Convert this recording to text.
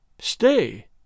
Stay